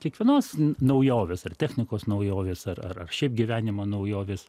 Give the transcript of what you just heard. kiekvienos naujovės ar technikos naujovės ar ar ar šiaip gyvenimo naujovės